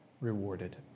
rewarded